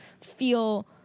feel